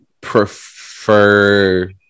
prefer